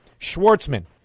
Schwartzman